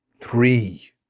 three